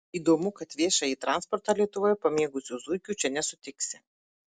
įdomu kad viešąjį transportą lietuvoje pamėgusių zuikių čia nesutiksi